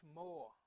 more